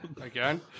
Again